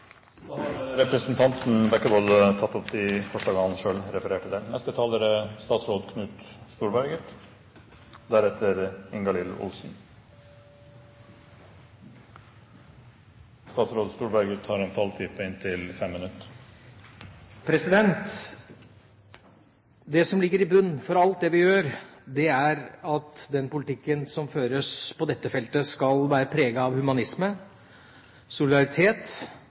tatt opp de forslagene han refererte til. Det som ligger i bunnen for alt det vi gjør, er at den politikken som føres på dette feltet, skal være preget av humanisme, solidaritet